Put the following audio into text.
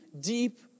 deep